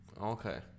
okay